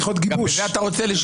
גם בזה אתה רוצה לשלוט?